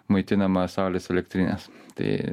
maitinama saulės elektrinės tai